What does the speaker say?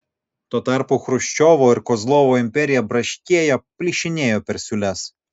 tuo tarpu chruščiovo ir kozlovo imperija braškėjo plyšinėjo per siūles